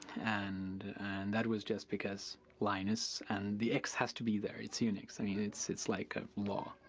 and and that was just because linus and the x has to be there. it's unix. i mean it's it's like a law.